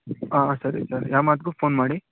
ಹಾಂ ಸರಿ ಸರಿ ಯಾವ ಮಾತಿಗೂ ಫೋನ್ ಮಾಡಿ